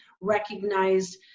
recognized